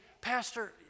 Pastor